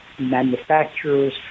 manufacturers